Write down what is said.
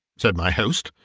said my host,